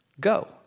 Go